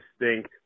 distinct